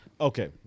Okay